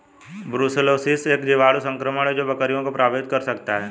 brucellosis एक जीवाणु संक्रमण है जो बकरियों को प्रभावित कर सकता है